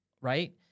Right